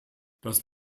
das